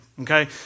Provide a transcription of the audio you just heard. Okay